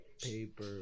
paper